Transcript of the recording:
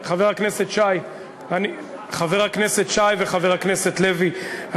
חבר הכנסת שי וחבר הכנסת לוי,